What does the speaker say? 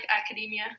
academia